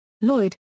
Lloyd